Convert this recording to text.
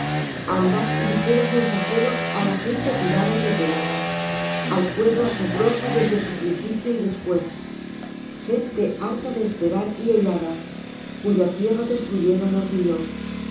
andad ligeros mensajeros á la gente tirada y repelada al pueblo asombroso desde su principio y después gente harta de esperar y hollada cuya tierra destruyeron los ríos